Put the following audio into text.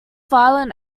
violent